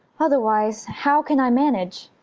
otherwise how can i manage?